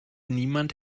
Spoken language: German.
niemand